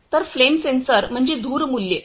तर flame sensor म्हणजे धूर मूल्ये